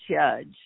judge